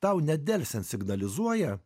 tau nedelsiant signalizuoja